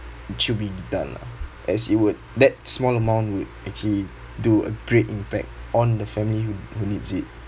it should be done lah as it would that small amount would actually do a great impact on the family who who needs it